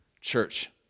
church